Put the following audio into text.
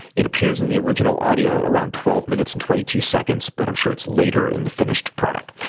it appears in the original audio around twelve minutes and twenty two seconds, but i'm sure it's later in the finished product.